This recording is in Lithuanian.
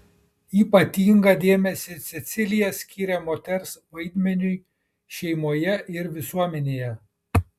ypatingą dėmesį cecilija skyrė moters vaidmeniui šeimoje ir visuomenėje